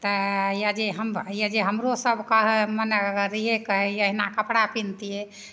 तए यऽ जे हम यऽ जे हमरो सभ कहै मने रहिए कहिए एहिना कपड़ा पिन्हतिए